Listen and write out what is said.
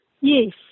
Yes